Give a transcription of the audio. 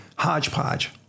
Hodgepodge